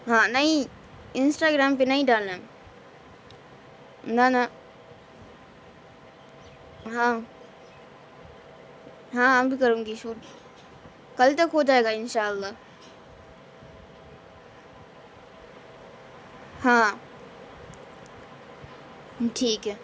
ہاں نہیں انسٹاگرام پہ نہیں ڈالنا نا نا ہاں ہاں اب کروں گی شوٹ کل تک ہو جائے گا ان شاء اللّہ ہاں ٹھیک ہے